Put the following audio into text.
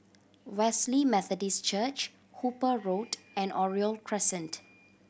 Wesley Methodist Church Hooper Road and Oriole Crescent